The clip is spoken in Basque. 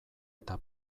eta